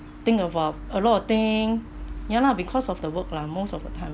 think about a lot of thing ya lah because of the work lah most of the time